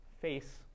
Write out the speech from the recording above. face